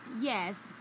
yes